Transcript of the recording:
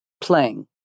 playing